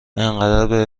انقدر